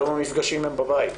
היום המפגשים הם בבית.